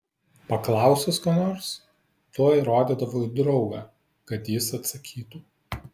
paklausus ko nors tuoj rodydavo į draugą kad jis atsakytų